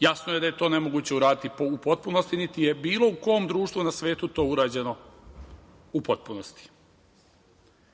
Jasno je da je to nemoguće uraditi u potpunosti, niti je u bilo kom društvu na svetu to urađeno u potpunosti. Sada,